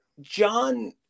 John